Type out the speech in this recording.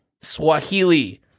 Swahili